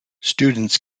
students